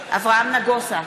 אברהם נגוסה,